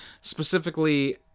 specifically